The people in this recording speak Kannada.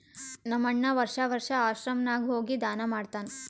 ನಮ್ ಅಣ್ಣಾ ವರ್ಷಾ ವರ್ಷಾ ಆಶ್ರಮ ನಾಗ್ ಹೋಗಿ ದಾನಾ ಮಾಡ್ತಾನ್